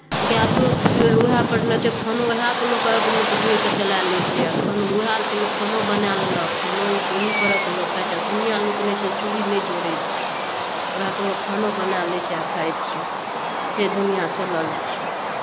गैसो जे उएहपर ने छै खानो उएहपर लोकके अभी लोक जोड़ि कऽ चलाए लैत छै एखन उएहपर लोक खानो बनाए लेलक खानो लोक ओहि परहक लोक खाइत छै दुनिआँ लोक नहि छै चुल्हि नहि जोड़ैत छै उएहपर लोक खानो बनाए लैत छै आ खाइत छै से दुनिआँ चलल छै